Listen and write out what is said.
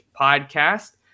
podcast